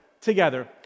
Together